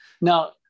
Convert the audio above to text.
now